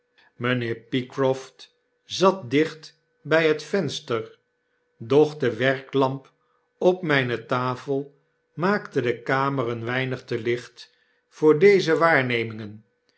mynheer pycroft zat dicht by het venster doch de werklamp op mijne tafel maakte de kamer een weinig te licht voor onze waarnemingen